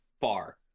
far